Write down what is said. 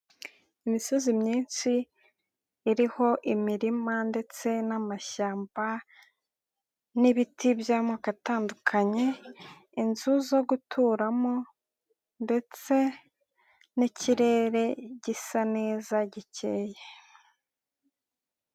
Imisozi myinshi iriho imirima, ndetse n'amashyamba, n'ibiti by'amoko atandukanye inzu zo guturamo ndetse n'ikirere gisa neza gikeye.